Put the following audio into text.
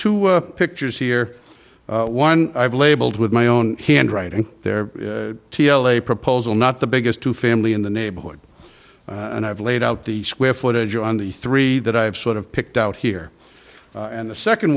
to pictures here one i've labeled with my own handwriting there t l a proposal not the biggest two family in the neighborhood and i've laid out the square footage on the three that i've sort of picked out here and the second